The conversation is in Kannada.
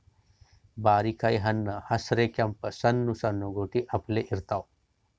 ಬಾರಿಕಾಯಿ ಹಣ್ಣ್ ಹಸ್ರ್ ಕೆಂಪ್ ಸಣ್ಣು ಸಣ್ಣು ಗೋಟಿ ಅಪ್ಲೆ ಇರ್ತವ್